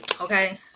Okay